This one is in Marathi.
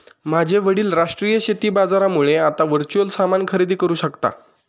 माझे वडील राष्ट्रीय शेती बाजारामुळे आता वर्च्युअल सामान खरेदी करू शकता